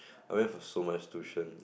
I went for so much tuition